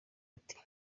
ati